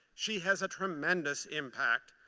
she has a tremendous impact.